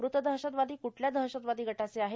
मृत दहशतवादी क्ठल्या दहशतवादी गटाचे आहेत